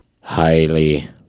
Highly